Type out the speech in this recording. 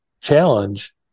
challenge